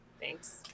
Thanks